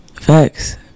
Facts